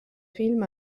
film